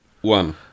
one